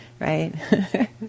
right